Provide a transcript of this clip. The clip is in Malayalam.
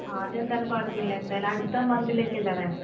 ആ അതെന്താലും കുഴപ്പമില്ല എന്തായാലും അടുത്ത മന്തിലേക്കല്ലേ വേണ്ടത്